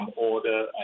order